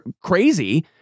crazy